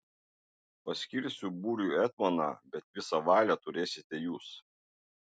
paskirsiu būriui etmoną bet visą valią turėsite jūs